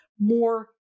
more